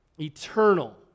eternal